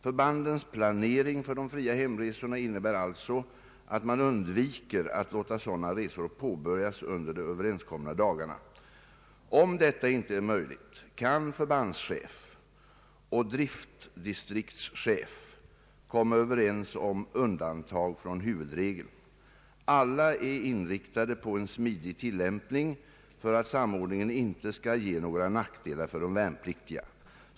Förbandens planering för de fria hemresorna innebär alltså att man undviker att låta sådana resor påbörjas under de överenskomna dagarna. Om detta inte är möjligt kan förbandschef och driftdistriktscehef komma överens om undantag från huvudregeln. Alla är inriktade på en smidig tillämpning för att samordningen inte skall ge några nackdelar för de värnpliktiga.